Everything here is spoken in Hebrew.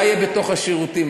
מה יהיה בתוך השירותים,